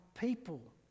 people